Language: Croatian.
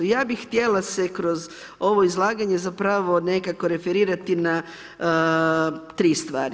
Ja bih htjela se kroz ovo izlaganje zapravo nekako referirati na 3 stvari.